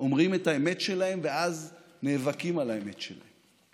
אומרים את האמת שלהם ואז נאבקים על האמת שלהם.